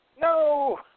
No